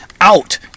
out